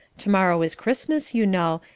to-morrow is christmas, you know,